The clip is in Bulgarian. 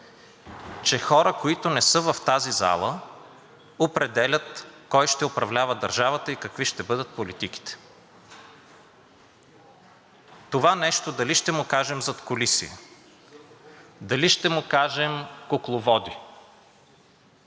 че хора, които не са в тази зала, определят кой ще управлява държавата и какви ще бъдат политиките. Това нещо дали ще му кажем задкулисие, дали ще му кажем кукловоди,